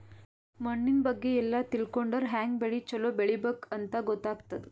ಮಣ್ಣಿನ್ ಬಗ್ಗೆ ಎಲ್ಲ ತಿಳ್ಕೊಂಡರ್ ಹ್ಯಾಂಗ್ ಬೆಳಿ ಛಲೋ ಬೆಳಿಬೇಕ್ ಅಂತ್ ಗೊತ್ತಾಗ್ತದ್